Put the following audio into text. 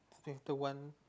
into one